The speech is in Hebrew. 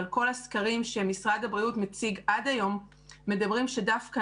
אבל כל הסקרים שמשרד הבריאות מציג עד היום מדברים שדווקא